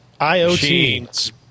IOT